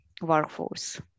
workforce